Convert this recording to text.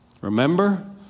Remember